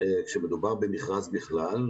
כשמדובר במכרז בכלל,